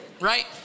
right